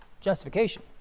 justification